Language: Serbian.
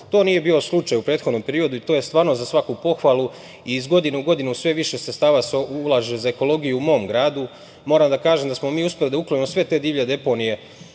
nije bio slučaj u prethodnom periodu i to je stvarno za svaku pohvalu i iz godine u godinu sve više sredstava se ulaže u ekologiju u mom gradu. Moram da kažem da smo uspeli da uklonimo sve te divlje deponije